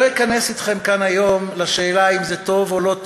לא אכנס אתכם כאן היום לשאלה אם זה טוב או לא טוב,